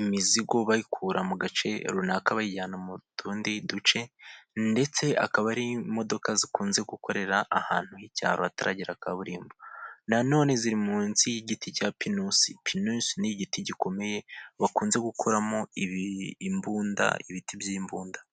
imizigo bayikura mu gace runaka, bayijyana mu tundi duce ,ndetse akaba ari imodoka zikunze gukorera ahantu h'icyaro hataragera kaburimbo, nanone ziri munsi y'igiti cya pinusi. Pinusi ni igiti gikomeye bakunze gukuramo imbunda, ibiti by'imbunda.